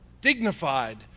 dignified